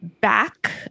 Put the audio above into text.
back